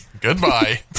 Goodbye